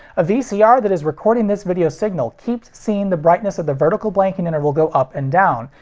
a vcr that is recording this video signal keeps seeing the brightness of the vertical blanking interval go up and down,